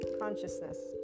consciousness